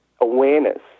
awareness